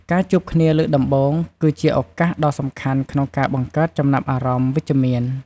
ការជួបគ្នាលើកដំបូង គឺជាឱកាសដ៏សំខាន់ក្នុងការបង្កើតចំណាប់អារម្មណ៍វិជ្ជមាន។